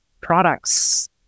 products